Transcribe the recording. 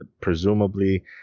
Presumably